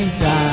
time